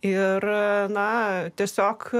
ir na tiesiog